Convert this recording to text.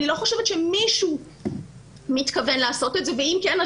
אני לא חושבת שמישהו מתכוון לעשות את זה ואם כן,